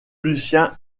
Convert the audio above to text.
lucien